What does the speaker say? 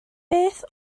beth